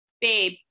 Babe